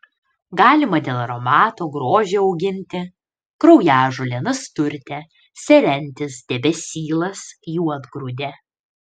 galima dėl aromato grožio auginti kraujažolė nasturtė serentis debesylas juodgrūdė